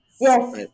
Yes